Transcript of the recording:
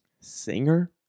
Singer